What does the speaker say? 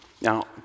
Now